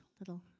little